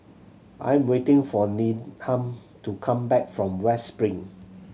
I am waiting for Needham to come back from West Spring